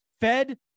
Fed